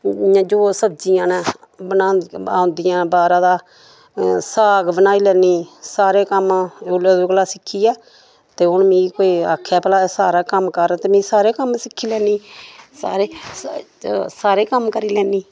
इ'यां जो सब्जियां न बना आंदियां आंदी बाहरा दा ओह् साग बनाई लैनी सारे कम्म ओह्दे कोला सिक्खियै तो हून मिगी कोई आखै भला सारा कम्म कर ते में सारे कम्म सिक्खी लैनी सारे सारे कम्म करी लैनी